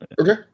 Okay